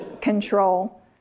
control